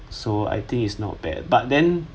so I think it's not bad but then